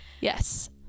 yes